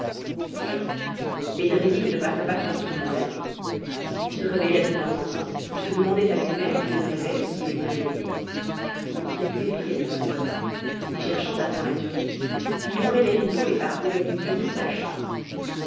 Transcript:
sire bedreddin ne passa pas tranquillement la nuit il se réveillait de temps en temps et se demandait à lui-même s'il rêvait ou s'il était réveillé il se défiait de son bonheur et cherchant à s'en assurer il ouvrait les rideaux et parcourait des yeux toute la chambre